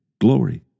glory